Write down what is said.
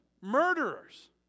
murderers